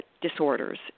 disorders